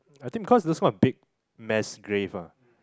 I think because those kind of big mass grave ah